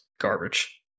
garbage